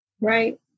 right